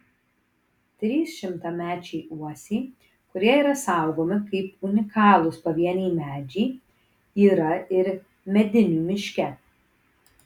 trys šimtamečiai uosiai kurie yra saugomi kaip unikalūs pavieniai medžiai yra ir medinių miške